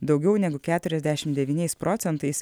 daugiau negu keturiasdešimt devyniais procentais